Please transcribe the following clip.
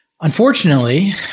Unfortunately